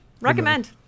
recommend